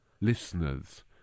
listeners